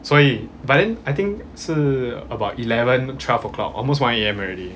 所以 by then I think 是 about eleven twelve o'clock almost one A_M already